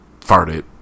farted